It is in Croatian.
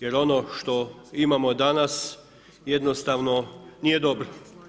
Jer ono što imamo danas, jednostavno nije dobro.